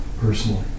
personally